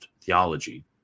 theology